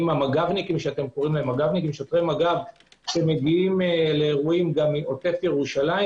שוטרי מג"ב שמגיעים לאירועים בעוטף ירושים,